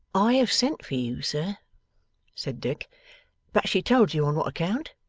i have sent for you, sir said dick but she told you on what account